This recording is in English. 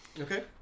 Okay